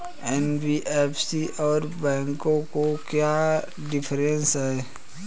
NBFC और बैंकों में क्या डिफरेंस है?